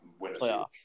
playoffs